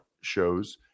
shows